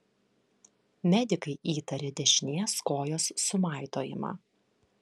medikai įtarė dešinės kojos sumaitojimą